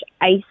ice